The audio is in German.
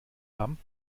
haben